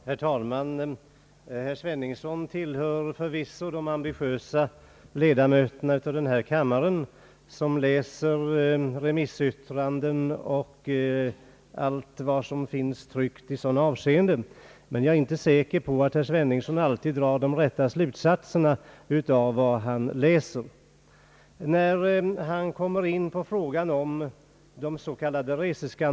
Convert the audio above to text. Herr talman! Herr Sveningsson tillhör förvisso de ambitiösa ledamöter av denna kammare som läser remissyttranden och allt som finns tryckt i sådana avseenden. Men jag är inte säker på att herr Sveningsson alltid drar de rätta slutsatserna av vad han läser.